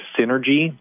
synergy